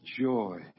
joy